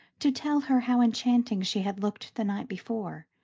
to tell her how enchanting she had looked the night before,